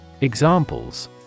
Examples